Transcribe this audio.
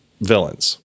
villains